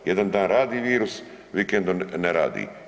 Jedan dan radi virus, vikendom ne radi.